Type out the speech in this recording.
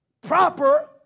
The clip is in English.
proper